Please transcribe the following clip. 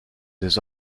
des